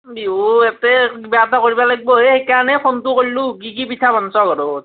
বিহু এতে কিবা এটা কৰিব লাগিব হে সেইকাৰণে ফোনটো কৰিলো কি কি পিঠা বনাইছ ঘৰত